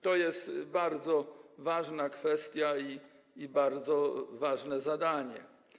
To jest bardzo ważna kwestia i bardzo ważne zadanie.